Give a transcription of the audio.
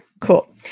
cool